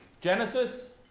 Genesis